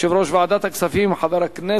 15 בעד, אין מתנגדים, אין נמנעים.